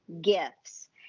gifts